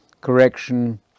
correction